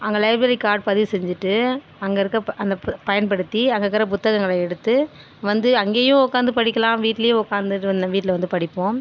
அங்கே library card பதிவு செஞ்சிவிட்டு அங்கே இருக்கிற பு அந்த பு பயன்படுத்தி அங்கே இருக்கிற புத்தகங்களை எடுத்து வந்து அங்கேயும் உட்காந்து படிக்கலாம் வீட்லயும் உட்காந்துட்டு வந்து வீட்டில் வந்து படிப்போம்